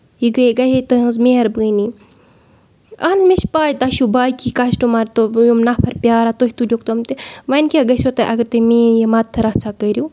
یہِ گَیاے گَیاے تُہنز مہربٲنی اہَن حظ مےٚ چھِ پَے تۄہہِ چھِو باقی کَسٹمر تہٕ یِم نَفر پیاران تُہۍ تُلہِ ہوٗکھ تِم تہِ وۄنۍ کیاہ گژھو تۄہہِ اَگر تُہۍ میٲنۍ یہِ مددتہٕ رَژھا کٔرِو